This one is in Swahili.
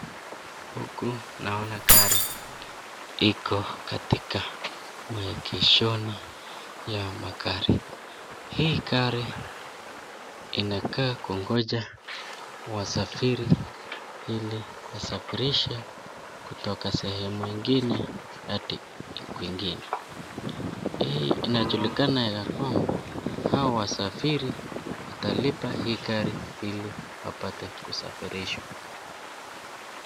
huku naona gari iko katika maegeshoni ya magari. Hii gari inakaa kungoja wasafiri ili wasafirishe kutoka sehemu ingine hadi kwingine. Hii inachulikana ya kwamba hawa wasafiri watalipa hii gari ili wapate kusafirishwa.